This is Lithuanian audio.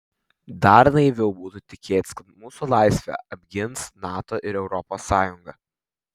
dar naiviau būtų tikėtis kad mūsų laisvę apgins nato ir europos sąjunga